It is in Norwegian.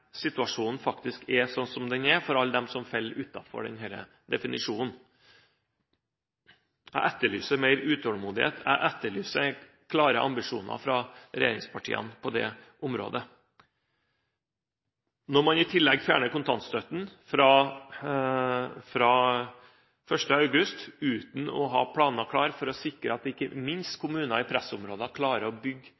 situasjonen faktisk er som den er, for alle dem som faller utenfor denne definisjonen. Jeg etterlyser mer utålmodighet og klare ambisjoner fra regjeringspartiene på dette området. Når man i tillegg fjerner kontantstøtten fra 1. august uten å ha planene klare for å sikre at ikke minst